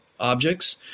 objects